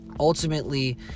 ultimately